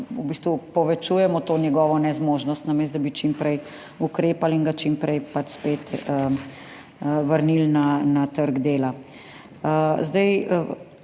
povečujemo to njegovo nezmožnost, namesto da bi čim prej ukrepali in ga čim prej spet vrnili na trg dela.